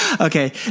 Okay